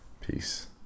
Peace